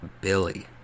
Billy